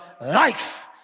life